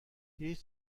هیچ